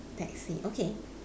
taxi okay